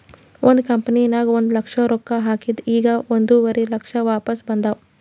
ಒಂದ್ ಕಂಪನಿನಾಗ್ ಒಂದ್ ಲಕ್ಷ ರೊಕ್ಕಾ ಹಾಕಿದ್ ಈಗ್ ಒಂದುವರಿ ಲಕ್ಷ ವಾಪಿಸ್ ಬಂದಾವ್